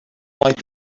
like